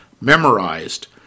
memorized